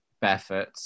Barefoot